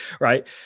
right